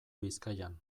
bizkaian